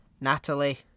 Natalie